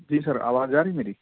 جی sir آواز جا رہی ہے میری